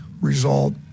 result